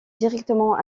directement